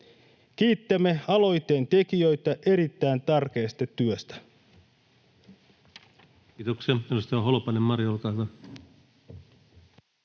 Kiitämme aloitteen tekijöitä erittäin tärkeästä työstä.